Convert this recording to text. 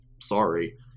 Sorry